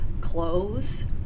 clothes